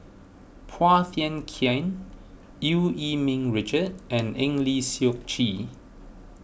Phua Thin Kiay Eu Yee Ming Richard and Eng Lee Seok Chee